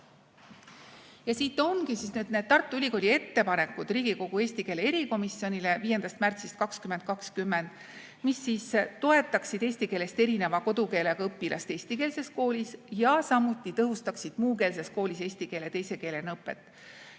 Ja siin ongi nüüd need Tartu Ülikooli ettepanekud Riigikogu eesti keele erikomisjonile 5. märtsist 2020, mis toetaksid eesti keelest erineva kodukeelega õpilast eestikeelses koolis ja samuti tõhustaksid muukeelses koolis eesti keele teise keelena õpet.